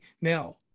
now